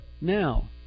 Now